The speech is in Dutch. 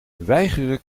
weigeren